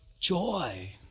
joy